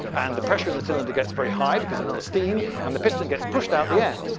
and the pressure in the cylinder gets very high because of all the steam. and the piston gets pushed out the end.